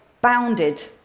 bounded